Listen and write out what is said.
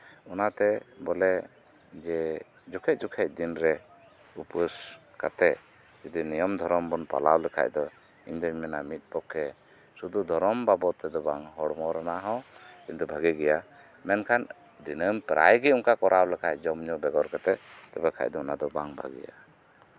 ᱚᱱᱟᱛᱮ ᱵᱚᱞᱮ ᱡᱮ ᱡᱚᱠᱷᱮᱡᱼᱡᱚᱠᱷᱮᱡ ᱫᱤᱱ ᱨᱮ ᱩᱯᱟᱹᱥ ᱠᱟᱛᱮ ᱡᱩᱫᱤ ᱱᱤᱭᱚᱢᱼᱫᱷᱚᱨᱚᱢ ᱵᱚᱱ ᱯᱟᱞᱟᱣ ᱞᱮᱠᱷᱟᱡ ᱫᱚ ᱤᱧ ᱫᱩᱧ ᱢᱮᱱᱟ ᱢᱤᱫ ᱯᱚᱠᱠᱷᱮ ᱥᱩᱫᱷᱩ ᱫᱷᱚᱨᱚᱢ ᱵᱟᱵᱚᱛ ᱫᱮᱫᱚ ᱵᱟᱝ ᱦᱚᱲᱢᱚ ᱨᱮᱭᱟᱜ ᱦᱚᱸ ᱠᱤᱱᱛᱩ ᱵᱷᱟᱜᱮ ᱜᱮᱭᱟ ᱢᱮᱱᱠᱷᱟᱱ ᱫᱤᱱᱟᱹᱢ ᱯᱨᱟᱭ ᱜᱮ ᱚᱱᱠᱟ ᱠᱚᱨᱟᱣ ᱞᱮᱠᱷᱟᱡ ᱡᱚᱢᱼᱧᱩ ᱵᱮᱜᱚᱨ ᱠᱟᱛᱮ ᱛᱚᱵᱮ ᱠᱷᱟᱡ ᱫᱚ ᱚᱱᱟ ᱫᱚ ᱵᱟᱝ ᱵᱷᱟᱜᱤᱭᱟ